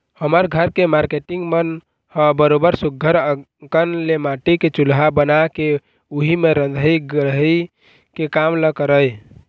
हमर घर के मारकेटिंग मन ह बरोबर सुग्घर अंकन ले माटी के चूल्हा बना के उही म रंधई गड़हई के काम ल करय